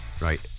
Right